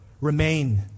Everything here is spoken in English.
remain